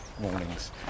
mornings